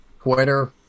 Twitter